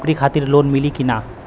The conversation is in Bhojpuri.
नौकरी खातिर लोन मिली की ना?